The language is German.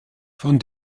von